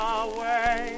away